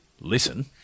listen